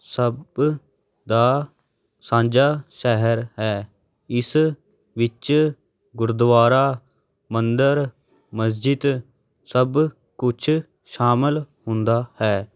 ਸਭ ਦਾ ਸਾਂਝਾ ਸ਼ਹਿਰ ਹੈ ਇਸ ਵਿੱਚ ਗੁਰਦੁਆਰਾ ਮੰਦਰ ਮਸਜਿਦ ਸਭ ਕੁਛ ਸ਼ਾਮਿਲ ਹੁੰਦਾ ਹੈ